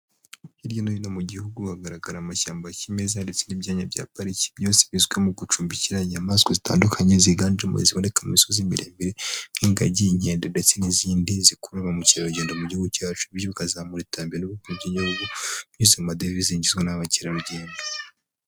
Hirya no hino mu gihugu hagaragara amashyamba ya kimeza ndetse n'ibyanya bya pariki byose bizwi mu gucumbikira inyamaswa zitandukanye ziganjemo iziboneka mu misozi miremire nk'ingagi, inkende, ndetse n'izindi zikurura ba mukerarugendo mu gihugu cyacu bikazamura iterambere n'ubukungu by'igihugu binyuze mu madevize yinjizwa n'aba ba mukerarugendo.